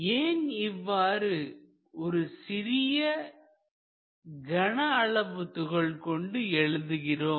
ஏன் இவ்வாறு ஒரு சிறிய கன அளவு துகள் கொண்டு எழுதுகிறோம்